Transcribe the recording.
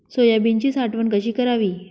सोयाबीनची साठवण कशी करावी?